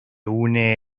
une